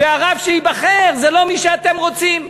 והרב שייבחר זה לא מי שאתם רוצים.